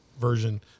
version